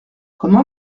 comment